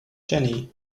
jenny